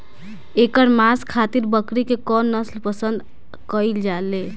एकर मांस खातिर बकरी के कौन नस्ल पसंद कईल जाले?